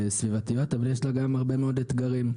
סביבתיות אבל יש לה גם הרבה מאוד אתגרים.